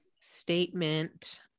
statement